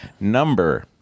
Number